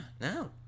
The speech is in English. no